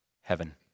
heaven